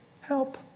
Help